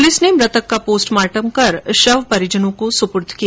police ने मृतक का पोस्टमार्टम करवाकर शव परिजनों को सुप्रई किया